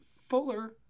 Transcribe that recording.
Fuller